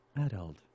Adult